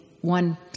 one